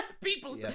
people